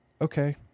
okay